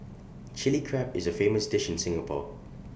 Chilli Crab is A famous dish in Singapore